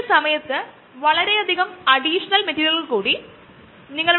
ഇതൊക്കെ കാൻസർ ചികിൽസിക്കാൻ ഇപ്പോൾ ഉപയോഗിക്കുന്ന ചില മോണോക്ലോണൽ ആന്റിബോഡീസ് ആണ്